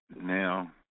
Now